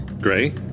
Gray